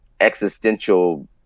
existential